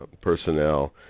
personnel